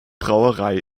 brauerei